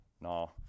No